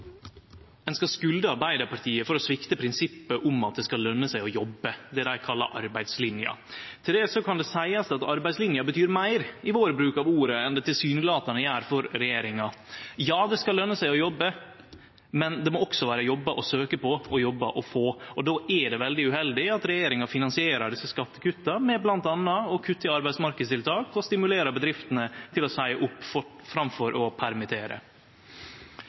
det skal løne seg å jobbe – det dei kallar arbeidslinja. Til det kan det seiast at arbeidslinja betyr meir i vår bruk av ordet enn det tilsynelatande gjer for regjeringa. Ja, det skal løne seg å jobbe, men det må også vere jobbar å søkje på og jobbar å få. Då er det veldig uheldig at regjeringa finansierer desse skattekutta med bl.a. å kutte i arbeidsmarknadstiltak og stimulerer bedriftene til å seie opp framfor å permittere.